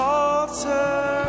altar